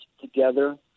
together